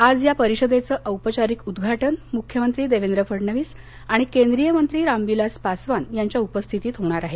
आज या परिषदेचं औपचारिक उदघाटन मृख्यमंत्री देवेंद्र फडणवीस आणि केंद्रीय मंत्री रामविलास पासवान यांच्या उपस्थितीत होणार आहे